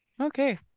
Okay